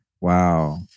Wow